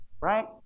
right